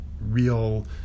real